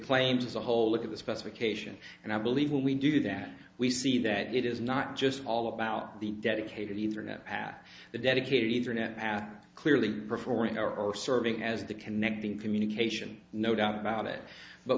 claims as a whole look at the specification and i believe when we do that we see that it is not just all about the dedicated internet the dedicated internet clearly performing or serving as the connecting communication no doubt about it but